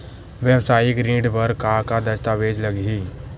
वेवसायिक ऋण बर का का दस्तावेज लगही?